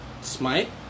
Smite